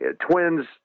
Twins